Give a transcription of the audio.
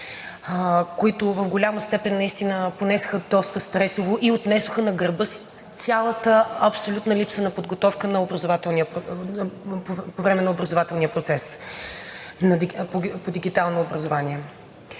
които в голяма степен наистина понесоха доста стресово и отнесоха на гърба си цялата абсолютна липса на подготовка по време на образователния процес по дигитално образование.